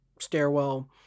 stairwell